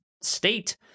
state